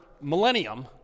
millennium